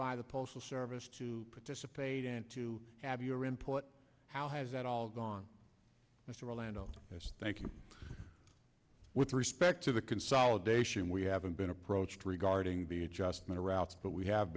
by the postal service to participate and to have your input how has that all gone mr landover as thank you with respect to the consolidation we haven't been approached regarding the adjustment or routes but we have